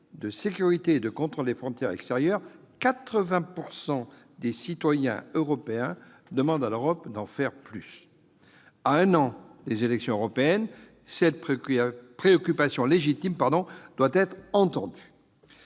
la sécurité et du contrôle des frontières extérieures, 80 % des citoyens européens demandent à l'Europe d'en faire plus. À un an des élections européennes, cette préoccupation légitime doit être entendue.